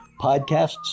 podcasts